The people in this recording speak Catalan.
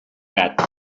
gat